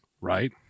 right